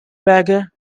berger